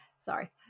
Sorry